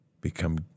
become